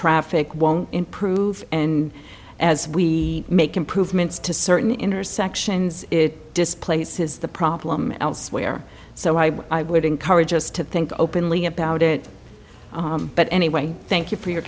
won't improve and as we make improvements to certain intersections it displaces the problem elsewhere so i would encourage us to think openly about it but anyway thank you for your